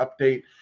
update